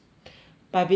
but I believe she's going to